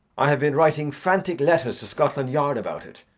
i have been writing frantic letters to scotland yard about it.